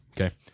Okay